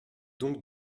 donc